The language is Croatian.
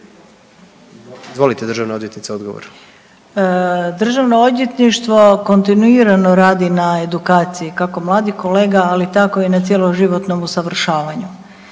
Izvolite državna odvjetnice, odgovor. **Hrvoj-Šipek, Zlata** DORH kontinuirano radi na edukaciji, kako mladih kolega, ali tako i na cjeloživotnom usavršavanju.